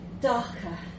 darker